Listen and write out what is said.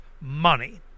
money